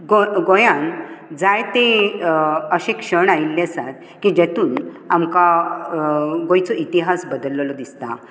गो गोंयांत जायतें अशिक्षण आयल्लें आसा की जेतूंत आमकां गोंयचो इतिहास बदलिल्लो दिसता